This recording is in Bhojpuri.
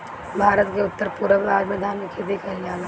भारत के उत्तर पूरब राज में धान के खेती कईल जाला